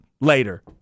later